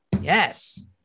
yes